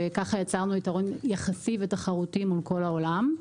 וכך יצרנו יתרון יחסי ותחרותי מול כל העולם.